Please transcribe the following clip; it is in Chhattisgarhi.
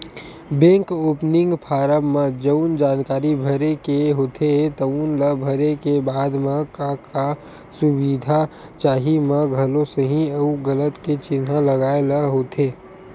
बेंक ओपनिंग फारम म जउन जानकारी भरे के होथे तउन ल भरे के बाद म का का सुबिधा चाही म घलो सहीं अउ गलत के चिन्हा लगाए ल होथे